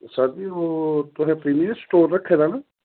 sir ji ओह् तुसें ओह् प्रीमियम स्टोर रक्खे दा ना